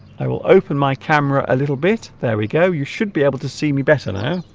i will open my camera a little bit there we go you should be able to see me better now